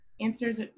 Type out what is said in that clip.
Answers